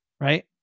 right